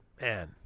Man